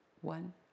One